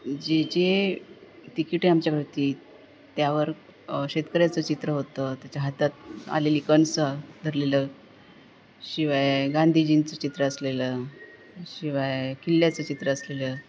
जे जे तिकीटे आमच्याकडे होती त्यावर शेतकऱ्याचं चित्र होतं त्याच्या हातात आलेली कणसं धरलेलं शिवाय गांधीजींचं चित्र असलेलं शिवाय किल्ल्याचं चित्र असलेलं